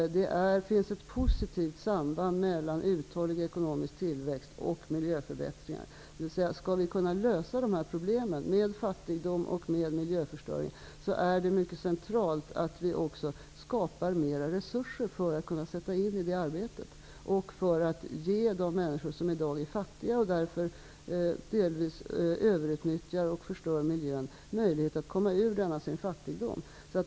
Det finns ett positivt samband mellan uthållig ekonomisk tillväxt och miljöförbättringar. Skall vi kunna lösa problemen med fattigdom och miljöförstöring, är det mycket centralt att vi också skapar mer resurser för det arbetet och ger de människor som i dag är fattiga och därför delvis överutnyttjar och förstör miljön möjlighet att komma ur sin fattigdom.